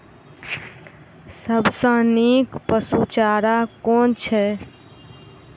सबसँ नीक पशुचारा कुन छैक?